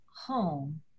home